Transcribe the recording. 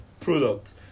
product